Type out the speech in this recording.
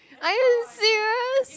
are you serious